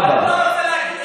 הוא צריך ללמוד איך להתנהג.